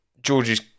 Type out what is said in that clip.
George's